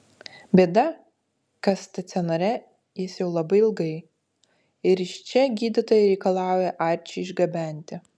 bėda kas stacionare jis jau labai ilgai ir iš čia gydytojai reikalauja arčį išgabenti